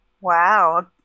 Wow